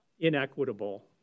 inequitable